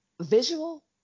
visual